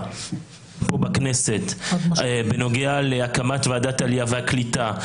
פה בכנסת בנוגע להקמת ועדת העלייה והקליטה.